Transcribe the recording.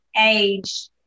age-